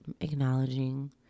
acknowledging